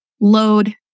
load